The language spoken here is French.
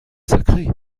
sacré